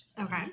Okay